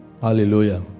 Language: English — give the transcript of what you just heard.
Hallelujah